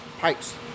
pipes